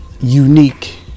Unique